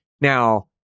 now